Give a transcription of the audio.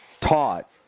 taught